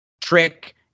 Trick